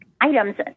items